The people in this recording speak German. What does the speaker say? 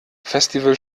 festival